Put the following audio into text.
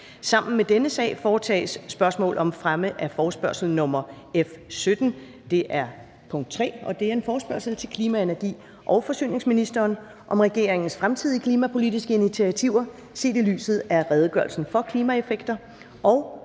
Sammen med dette punkt foretages: 3) Spørgsmål om fremme af forespørgsel nr. F 17: Forespørgsel til klima-, energi- og forsyningsministeren om regeringens fremtidige klimapolitiske initiativer set i lyset af redegørelsen for klimaeffekter.